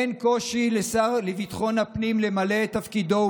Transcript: אין קושי לשר לביטחון הפנים למלא את תפקידו,